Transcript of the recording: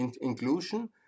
inclusion